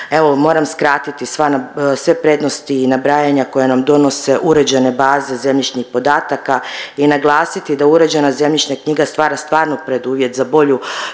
moram skratiti sva, sve prednosti i nabrajanja koje nam donose uređene baze zemljišnih podataka i naglasiti da uređena zemljišna knjiga stvara stvarno preduvjet za bolju